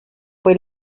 fue